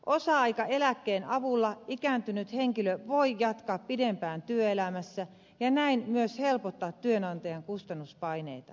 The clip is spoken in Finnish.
osa aikaeläkkeen avulla ikääntynyt henkilö voi jatkaa pidempään työelämässä ja näin myös helpottaa työnantajan kustannuspaineita